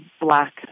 black